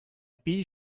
bee